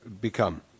become